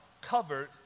covered